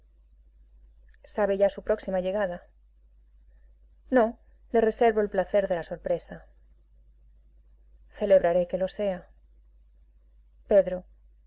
sabe ya su próxima llegada no le reservo el placer de la sorpresa celebraré que lo sea pedro